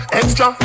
extra